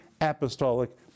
apostolic